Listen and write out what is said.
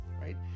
right